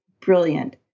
brilliant